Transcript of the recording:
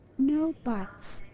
no buts!